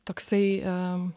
toksai em